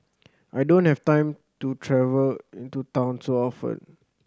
I don't have time to travel into town so often